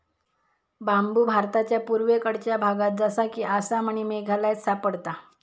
बांबु भारताच्या पुर्वेकडच्या भागात जसा कि आसाम आणि मेघालयात सापडता